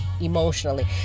emotionally